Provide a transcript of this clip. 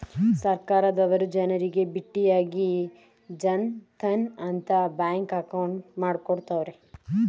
ಸರ್ಕಾರದವರು ಜನರಿಗೆ ಬಿಟ್ಟಿಯಾಗಿ ಜನ್ ಧನ್ ಅಂತ ಬ್ಯಾಂಕ್ ಅಕೌಂಟ್ ಮಾಡ್ಕೊಡ್ತ್ತವ್ರೆ